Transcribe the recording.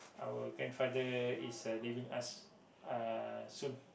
our grandfather is uh is leaving us uh soon